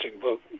book